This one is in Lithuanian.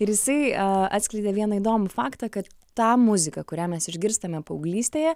ir jisai atskleidė vieną įdomų faktą kad ta muzika kurią mes išgirstame paauglystėje